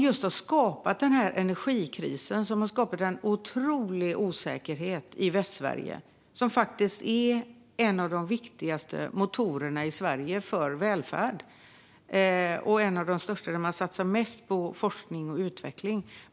Det har skapat denna energikris, vilket har skapat en otrolig osäkerhet i Västsverige - som faktiskt är en av de viktigaste motorerna för välfärden i Sverige och även ett av de områden där man satsar mest på forskning och utveckling.